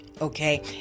okay